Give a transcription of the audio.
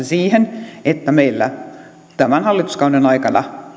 siihen että meillä tämän hallituskauden aikana